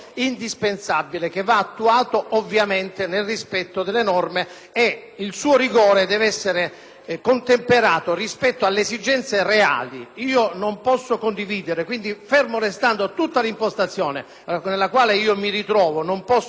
Il suo rigore deve essere contemperato rispetto alle esigenze reali. Ferma restando tutta l'impostazione, nella quale mi ritrovo, non posso però condividere la modifica della competenza perché non solo non serve,